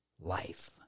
life